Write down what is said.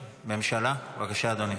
הממשלה, בבקשה, אדוני.